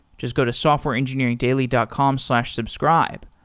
just go to softwareengineeringdaily dot com slash subscribe.